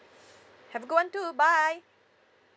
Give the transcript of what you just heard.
have a great one too bye